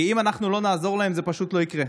כי אם אנחנו לא נעזור להן, זה פשוט לא יקרה.